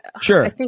Sure